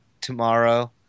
tomorrow